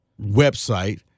website